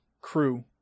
crew